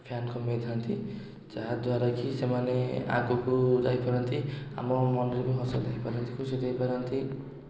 fan କମେଇଥାନ୍ତି ଯାହାଦ୍ୱାରା କି ସେମାନେ ଆଗକୁ ଯାଇପାରନ୍ତି ଆମ ମନରେ ବି ହସ ଦେଇପାରନ୍ତି ଖୁସି ଦେଇପାରନ୍ତି